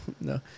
no